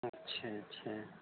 اچھا اچھا